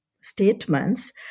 statements